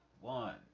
One